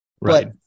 Right